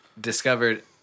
Discovered